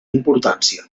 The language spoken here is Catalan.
importància